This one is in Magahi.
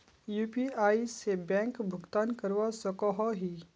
यु.पी.आई से बैंक भुगतान करवा सकोहो ही?